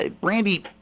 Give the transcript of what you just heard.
Brandy